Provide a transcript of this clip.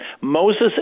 Moses